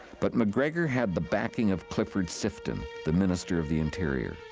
but mcgregor had the backing of clifford sifton, the minister of the interior.